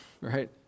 right